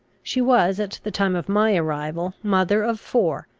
she was, at the time of my arrival, mother of four,